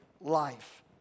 life